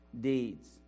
Deeds